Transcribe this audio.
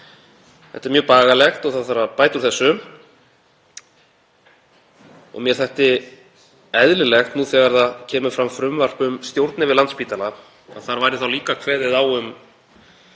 Þetta er mjög bagalegt og það þarf að bæta úr þessu. Mér þætti eðlilegt nú þegar fram kemur frumvarp um stjórn yfir Landspítala að þar væri líka kveðið á um